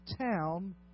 town